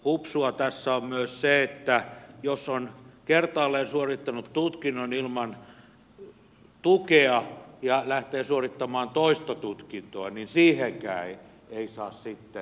hupsua tässä on myös se että jos on kertaalleen suorittanut tutkinnon ilman tukea ja lähtee suorittamaan toista tutkintoa niin siihenkään ei saa sitten tukea